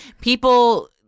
people